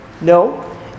No